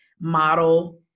model